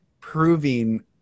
proving